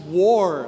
war